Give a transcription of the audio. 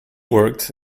worked